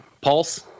Pulse